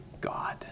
God